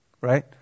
right